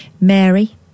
Mary